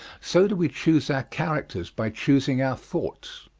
so do we choose our characters by choosing our thoughts.